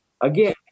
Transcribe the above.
Again